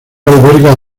alberga